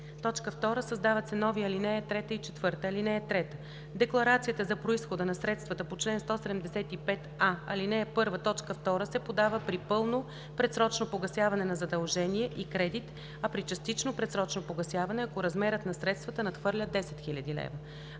2. Създават се нови ал. 3 и 4: „(3) Декларацията за произхода на средствата по чл. 175а, ал. 1, т. 2 се подава при пълно предсрочно погасяване на задължение и кредит, а при частично предсрочно погасяване – ако размерът на средствата надхвърля 10 000 лв.“